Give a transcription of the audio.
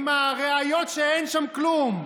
עם הראיות שאין שם כלום,